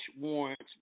warrants